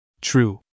True